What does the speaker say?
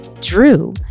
Drew